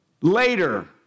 later